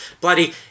bloody